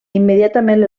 immediatament